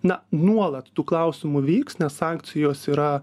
na nuolat tų klausimų vyks nes sankcijos yra